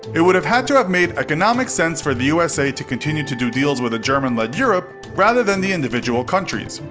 it would have had to have made economic sense for the usa to continue to do deals with a german led europe, rather than the individual countries.